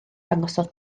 dangosodd